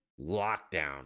lockdown